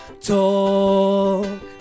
Talk